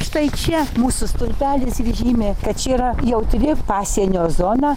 štai čia mūsų stulpelis žymi kad čia yra jautri pasienio zona